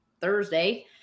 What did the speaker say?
Thursday